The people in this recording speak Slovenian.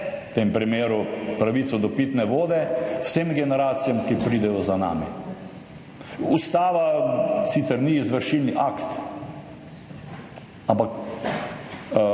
v tem primeru pravico do pitne vode, vsem generacijam, ki pridejo za nam., Ustava sicer ni izvršilni akt, ampak